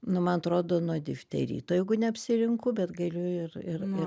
nu man atrodo nuo difterito jeigu neapsirinku bet galiu ir ir